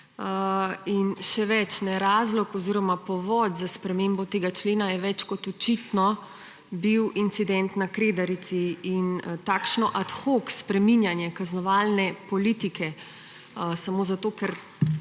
Še več, razlog oziroma povod za spremembo tega člena je več kot očitno bil incident na Kredarici. Takšno ad hoc spreminjanje kaznovalne politike samo zato, ker